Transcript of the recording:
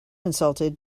insulted